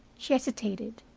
she hesitated.